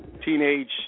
Teenage